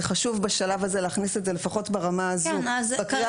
זה חשוב בשלב הזה להכניס את זה לפחות ברמה הזו בקריאה